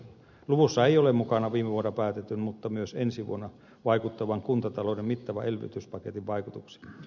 luvussa ei ole mukana viime vuonna päätetyn mutta myös ensi vuonna vaikuttavan kuntatalouden mittavan elvytyspaketin vaikutuksia